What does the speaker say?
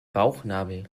bauchnabel